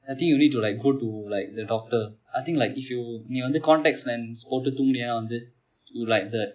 I think you need to like go to like the doctor I think like if you நீ வந்து:nee vanthu contacts lens போட்டு தூங்கினாய்னா வந்து:pottu thoonginaainaa vanthu you like the